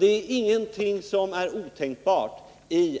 Det är inte otänkbart